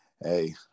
hey